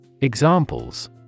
Examples